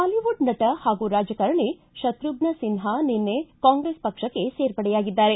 Bollywood ನಟ ಹಾಗೂ ರಾಜಕಾರಣಿ ಶತ್ರುಫ್ನ ಸಿನ್ಹಾ ನಿನ್ನ ಕಾಂಗ್ರೆಸ್ ಪಕ್ಷಕ್ಕೆ ಸೇರ್ಪಡೆಯಾಗಿದ್ದಾರೆ